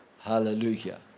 Hallelujah